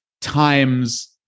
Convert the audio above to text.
times